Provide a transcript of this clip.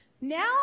Now